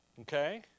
Okay